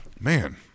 Man